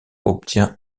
obtient